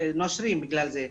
והם נושרים בגלל זה.